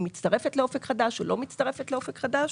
מצטרפת לאופק חדש או לא מצטרפת לאופק חדש,